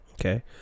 Okay